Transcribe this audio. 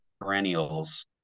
perennials